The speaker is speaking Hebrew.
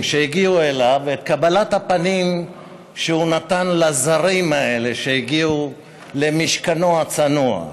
שהגיעו אליו ואת קבלת הפנים שהוא נתן לזרים האלה שהגיעו למשכנו הצנוע.